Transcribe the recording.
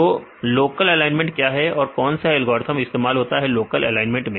तो local alignment क्या है कौन सा एल्गोरिथ्म इस्तेमाल होता है लोकल एलाइनमेंट में